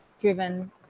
driven